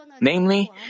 Namely